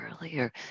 earlier